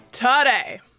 Today